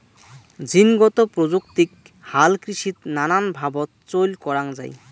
জীনগত প্রযুক্তিক হালকৃষিত নানান ভাবত চইল করাঙ যাই